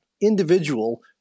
individual